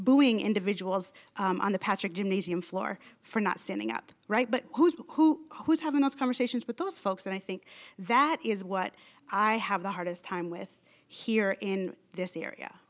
booing individuals on the patrick gymnasium floor for not standing up right but who who's having those conversations with those folks and i think that is what i have the hardest time with here in this area